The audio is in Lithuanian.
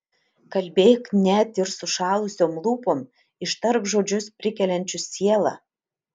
kalbėk net ir sušalusiom lūpom ištark žodžius prikeliančius sielą